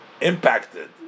impacted